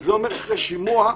שזה אומר שאחרי שימוע,